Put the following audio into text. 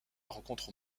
rencontre